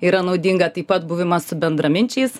yra naudinga taip pat buvimas su bendraminčiais